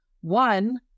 One